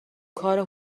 کار